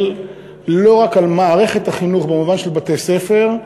לא רק על מערכת החינוך במובן של בתי-ספר,